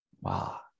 Wow